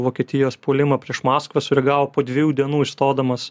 vokietijos puolimą prieš maskvą sureagavo po dviejų dienų išstodamas